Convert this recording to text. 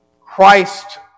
Christ